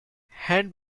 hand